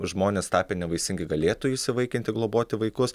žmonės tapę nevaisingi galėtų įsivaikinti globoti vaikus